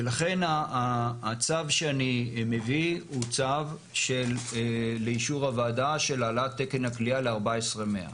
ולכן הצו שאני מביא הוא צו לאישור הוועדה של העלאת תקן הכליאה ל-14,100.